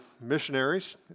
missionaries